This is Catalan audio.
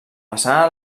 façana